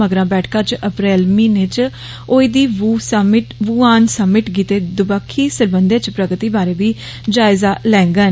मगरा बैठकॉ च अप्रैल म्हीने च होई दी वूहान सुमिट गितै दबक्खी सरबंधे च प्रगति बारै बी जायजा लैंगन